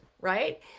right